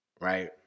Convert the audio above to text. right